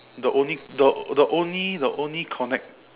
the only the the only the only connect